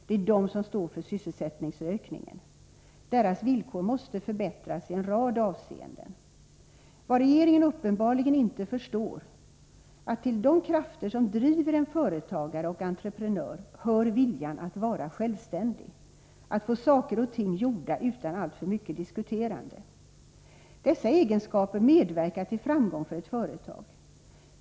Det är de som svarar för sysselsättningsökningen. Deras villkor måste förbättras i en rad avseenden. Vad regeringen uppenbarligen inte förstår är att till de krafter som driver en företagare och entreprenör hör viljan att vara självständig, att få saker och ting gjorda utan alltför mycket diskuterande. Dessa egenskaper medverkar till framgång för ett företag.